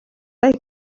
they